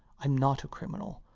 i'm not a criminal.